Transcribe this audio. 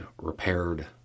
repaired